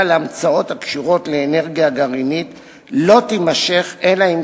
לאמצאות הקשורות לאנרגיה גרעינית לא תימשך אלא אם